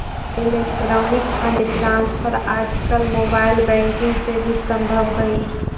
electronic fund transfer आजकल mobile banking से भी संभव हइ